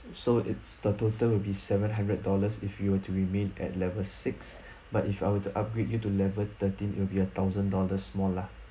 so it's the total will be seven hundred dollars if you were to remain at level six but if I were to upgrade you to level thirteen it'll be a thousand dollars more lah